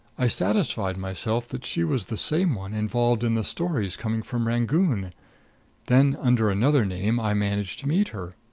i satisfied myself that she was the same one involved in the stories coming from rangoon then, under another name, i managed to meet her.